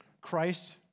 Christ